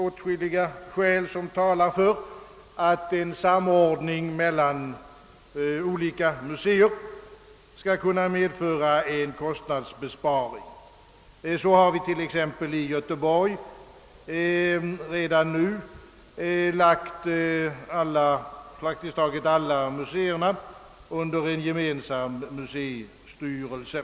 Åtskilliga skäl talar för att en samordning mellan oli ka museer kan medföra en kostnadsbesparing. Så har vi t.ex. i Göteborg redan nu lagt praktiskt taget alla museer under en gemensam museistyrelse.